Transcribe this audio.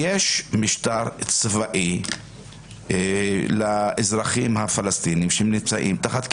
ויש משטר צבאי לאזרחים הפלסטינים שנמצאים תחת כיבוש,